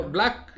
Black